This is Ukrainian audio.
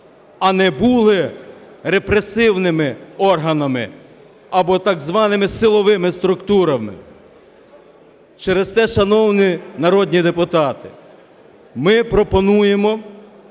а не були репресивними органами або так званими силовими структурами. Через те, шановні народні депутати, ми пропонуємо